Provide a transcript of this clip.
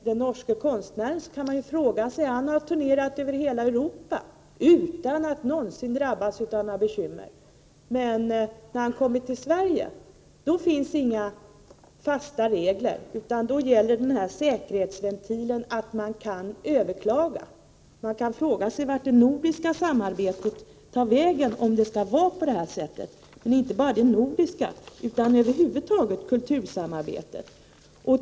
Den norske konstnären i det senaste fallet har turnerat över hela Europa utan att någonsin drabbas av några bekymmer. Men när han kommer till Sverige finns inga fasta regler, utan då gäller säkerhetsventilen att man kan överklaga. Man kan fråga sig vart det nordiska samarbetet tar vägen om det skall vara på det här sättet — ja, inte bara det nordiska utan kultursamarbete över huvud taget.